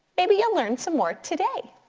maybe you'll learn some more today.